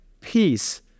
peace